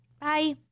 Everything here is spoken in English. Bye